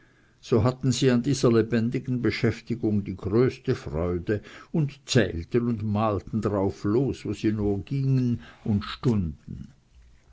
so hatten sie an dieser lebendigen beschäftigung die größte freude und zählten und malten drauf los wo sie nur gingen und stunden